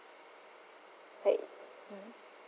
like mmhmm